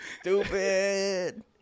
Stupid